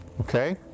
Okay